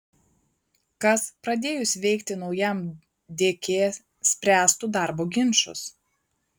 kas pradėjus veikti naujam dk spręstų darbo ginčus